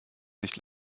nicht